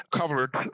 covered